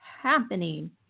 happening